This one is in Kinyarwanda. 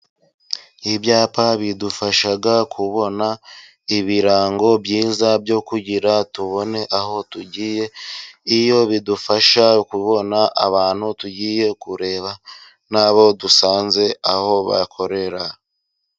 Ibyapa bidufasha kubona ibirango byiza byo kugira tubone aho tugiye, iyo bidufasha kubona abantu tugiye kureba n'abo dusanze aho bakorera.